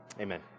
Amen